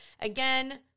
Again